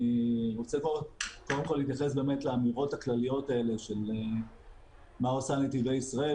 אני רוצה להתייחס לאמירות הכלליות של מה עושה נתיבי ישראל,